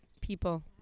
people